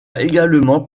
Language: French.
également